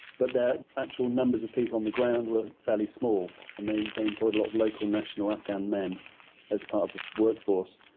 but their actual numbers of people on the ground were fairly small and they they employed a lot of local national afghan men as part of the workforce.